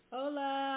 Hola